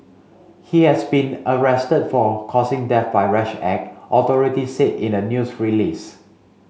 he has been arrested for causing death by rash act authorities said in a news release